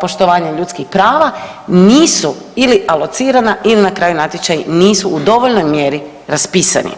poštovanja ljudskih prava, nisu ili alocirana i na kraju, natječaji nisu u dovoljnoj mjeri raspisani.